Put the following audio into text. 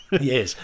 Yes